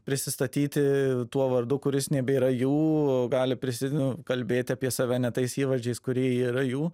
prisistatyti tuo vardu kuris nebėra jų gali prisimenu kalbėti apie save ne tais įvardžiais kurie yra jų